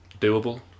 doable